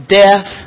death